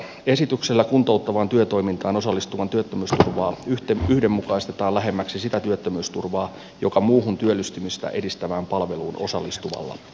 esityksellä kuntouttavaan työtoimintaan osallistuvan työttömyysturvaa yhdenmukaistetaan lähemmäksi sitä työttömyysturvaa joka muuhun työllistymistä edistävään palveluun osallistuvalla on